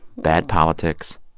bad politics.